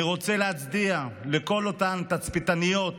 אני רוצה להצדיע לכל אותן תצפיתניות